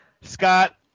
Scott